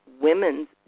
women's